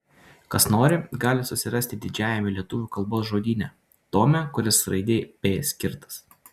kas nori gali susirasti didžiajame lietuvių kalbos žodyne tome kuris raidei p skirtas